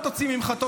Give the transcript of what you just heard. אל תוציא ממחטות,